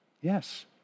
Yes